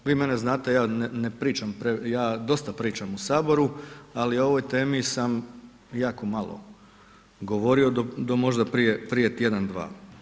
Vi mene znate, ja ne pričam, ja dosta pričam u Saboru ali o ovoj temi sam jako malo govorio do možda prije, prije tjedan, dva.